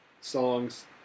songs